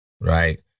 Right